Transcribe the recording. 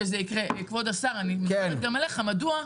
כבוד השר, אני פונה גם אליך מדוע?